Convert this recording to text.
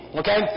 okay